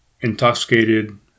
intoxicated